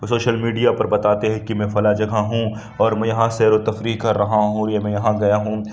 social media پر بتاتے ہیں کہ میں فلاں جگہ ہوں اور میں یہاں سیر و تفریح کر رہا ہوں یہ میں یہاں گیا ہوں